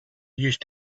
used